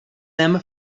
them